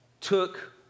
took